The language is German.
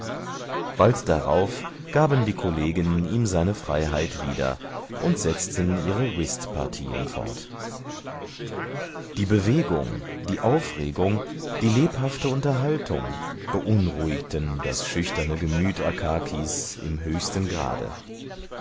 bald darauf gaben die kollegen ihm seine freiheit wieder und setzten ihre whistpartien fort die bewegung die aufregung die lebhafte unterhaltung beunruhigten das schüchterne gemüt akakis im höchsten grade